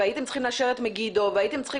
והייתם צריכים לאשר את מגידו והייתם צריכים